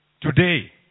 Today